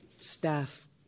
staff